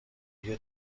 میگه